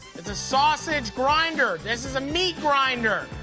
is a sausage grinder. this is a meat grinder.